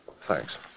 Thanks